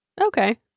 okay